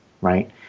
right